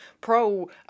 pro